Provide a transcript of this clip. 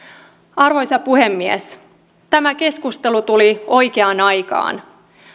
arvoisa puhemies tämä keskustelu tuli oikeaan aikaan